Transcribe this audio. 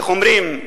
איך אומרים,